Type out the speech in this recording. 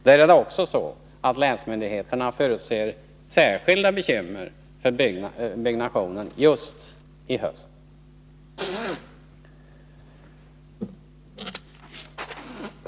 Det är väl så att länsmyndigheterna förutser särskilda bekymmer för byggnationen just i höst.